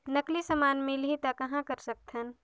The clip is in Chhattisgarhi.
नकली समान मिलही त कहां कर सकथन?